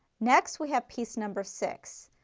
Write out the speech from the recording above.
next we have piece number six.